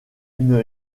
une